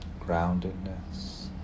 groundedness